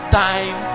time